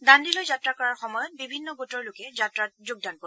দাণ্ডিলৈ যাত্ৰা কৰাৰ সময়ত বিভিন্ন গোটৰ লোকে যাত্ৰাত যোগদান কৰিব